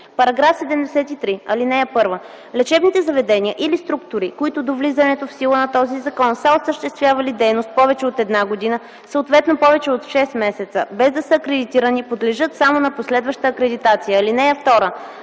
редакция: „§ 72 (1) Лечебните заведения или структури, които до влизането в сила на този закон са осъществявали дейност повече от една година, съответно повече от 6 месеца, без да са акредитирани, подлежат само на последваща акредитация. (2)